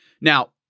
Now